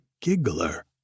giggler